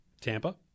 Tampa